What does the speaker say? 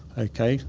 okay,